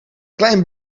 klein